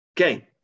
Okay